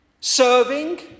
serving